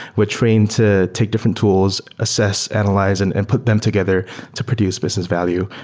we're trained to take different tools, assess, analyze and and put them together to produce business value.